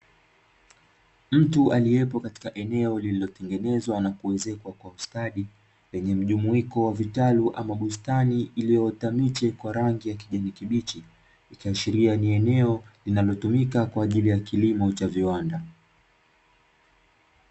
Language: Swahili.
Mtu aliyepo katika eneo lililotengenezwa na kuezekwa kwa ustadi, lenye mjumuiko wa vitalu ama bustani iliyoota miche kwa rangi ya kijani kibichi. Ikiashiria ni eneo linalotumika kwa ajili ya kilimo cha viwanda.